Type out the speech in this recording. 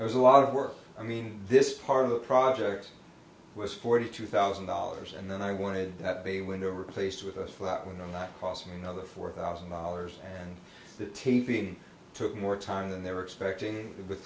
there's a lot of work i mean this part of the project was forty two thousand dollars and then i wanted that bay window replaced with us for that we're not possibly another four thousand dollars and the taping took more time than they were expecting the